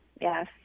Yes